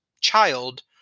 child